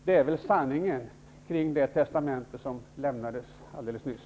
Det är väl sanningen kring det testamente som lämnades alldeles nyss.